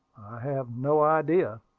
have no idea.